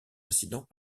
incident